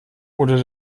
oder